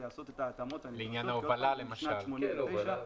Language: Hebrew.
לעניין ההובלה למשל.